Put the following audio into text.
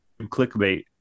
clickbait